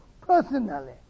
personally